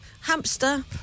Hamster